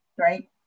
right